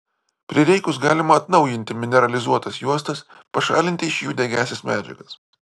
prireikus galima atnaujinti mineralizuotas juostas pašalinti iš jų degiąsias medžiagas